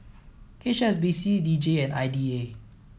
H S B C D J and I D A